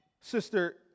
Sister